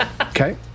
Okay